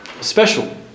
Special